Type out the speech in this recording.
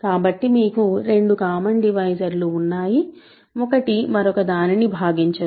కాబట్టి మీకు రెండు కామన్ డివైజర్ ఉన్నాయి ఒకటి మరొక దానిని భాగించదు